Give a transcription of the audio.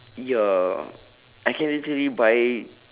ya I can literally buy